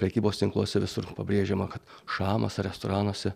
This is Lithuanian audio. prekybos tinkluose visur pabrėžiama kad šamas restoranuose